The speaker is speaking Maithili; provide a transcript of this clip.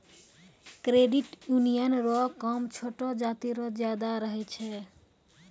क्रेडिट यूनियन रो काम छोटो जाति रो ज्यादा रहै छै